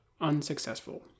unsuccessful